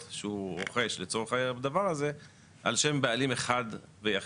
שהוא רוכש לצורך הדבר הזה על שם בעלים אחד ויחיד,